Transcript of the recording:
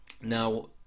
Now